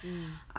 mm